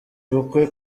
ubukwe